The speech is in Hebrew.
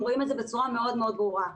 רואים את זה בצורה מאוד-מאוד יותר ברורה.